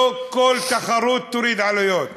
לא כל תחרות תוריד עלויות,